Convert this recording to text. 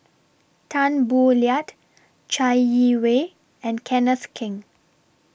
Tan Boo Liat Chai Yee Wei and Kenneth Keng